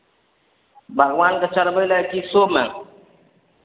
भगवानकेँ चढ़बय लए कि शोमे